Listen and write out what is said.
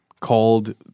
called